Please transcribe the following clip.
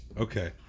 Okay